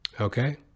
okay